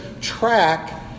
track